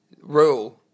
Rule